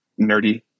nerdy